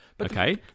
Okay